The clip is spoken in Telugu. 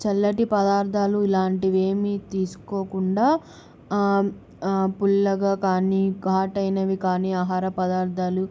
చల్లటి పదార్థాలు ఇలాంటివేమి తీసుకోకుండా పుల్లగా కానీ ఘటైనవి కానీ ఆహార పదార్థాలు